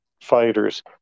fighters